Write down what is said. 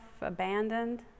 abandoned